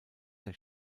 der